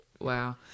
Wow